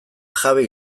jabe